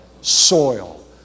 soil